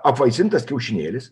apvaisintas kiaušinėlis